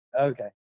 okay